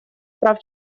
прав